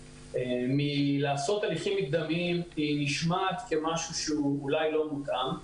מלעשות הליכים מקדמיים היא נשמעת כמשהו לא מותאם.